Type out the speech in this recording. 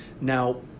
Now